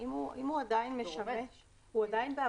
הוא עדיין בעבודה.